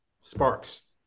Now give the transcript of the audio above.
sparks